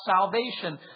salvation